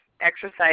exercise